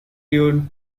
leone